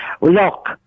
Look